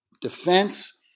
defense